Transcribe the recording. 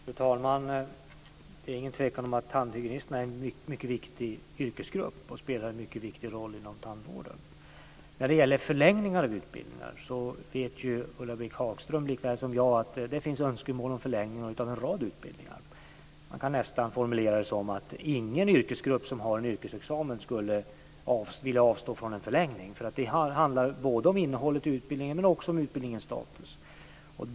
Fru talman! Det är ingen tvekan om att tandhygienisterna är en mycket viktig yrkesgrupp som spelar en mycket viktig roll inom tandvården. Ulla-Britt Hagström vet likaväl som jag att det finns önskemål om förlängningar av en rad utbildningar. Man kan nästan formulera det så att ingen yrkesgrupp som har en yrkesexamen skulle vilja avstå från en förlängning. Det handlar både om innehållet i utbildning och om utbildningens status.